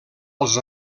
als